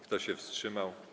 Kto się wstrzymał?